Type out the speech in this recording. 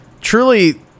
truly